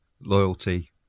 loyalty